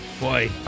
Boy